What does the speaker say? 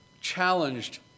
challenged